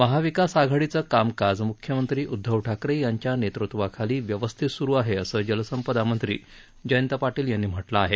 महाविकास आघाडीचं कामकाज म्ख्यमंत्री उदधव ठाकरे यांच्या नेतृत्वाखाली व्यवस्थित सुरु आहे असं जलसंपदा मंत्री जयंत पाटील यांनी म्हटलं आहे